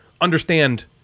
understand